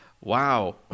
wow